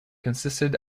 consisted